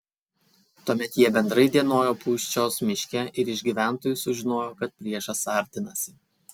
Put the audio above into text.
tuomet jie bendrai dienojo pūščios miške ir iš gyventojų sužinojo kad priešas artinasi